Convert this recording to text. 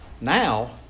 now